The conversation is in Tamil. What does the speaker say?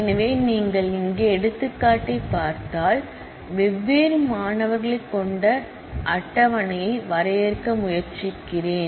எனவே நீங்கள் இங்கே எடுத்துக்காட்டைப் பார்த்தால் வெவ்வேறு மாணவர்களைக் கொண்ட டேபிளை டிபைன் செய்ய முயற்சிக்கிறேன்